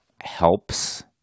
helps